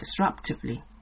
disruptively